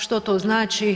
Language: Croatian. Što to znači?